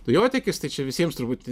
dujotiekis tai čia visiems turbūt